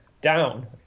down